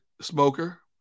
smoker